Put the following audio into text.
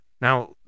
Now